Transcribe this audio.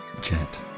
Jet